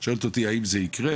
אם את שואלת אותי האם זה יקרה,